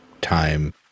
time